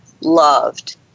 loved